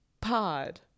Pod